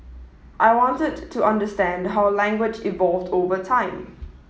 I wanted to understand how language evolved over time